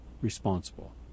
responsible